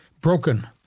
Broken